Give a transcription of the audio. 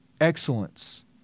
excellence